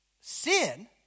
sin